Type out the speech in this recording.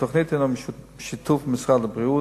התוכנית הינה בשיתוף משרד הבריאות,